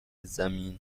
زمین